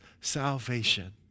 salvation